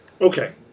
Okay